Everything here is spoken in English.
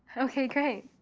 okay, great.